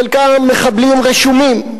חלקם מחבלים רשומים,